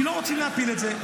כי לא רוצים להפיל את זה.